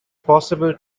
possible